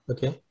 Okay